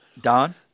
Don